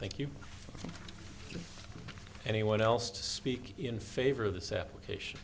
thank you anyone else to speak in favor of this application